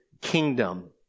kingdom